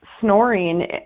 snoring